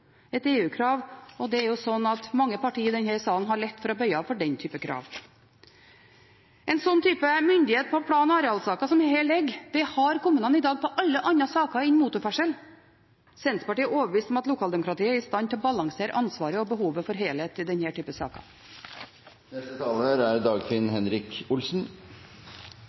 et pålegg fra EU – et EU-krav – og det er mange partier i denne sal som har lett for å bøye av for den typen krav. En slik type myndighet i plan- og arealsaker som her ligger, har kommunene i dag på alle andre saker enn motorferdsel. Senterpartiet er overbevist om at lokaldemokratiet er i stand til å balansere ansvaret og behovet for helhet i denne typen saker.